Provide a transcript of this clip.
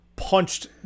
punched